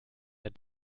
der